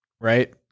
right